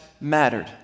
mattered